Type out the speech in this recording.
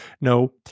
No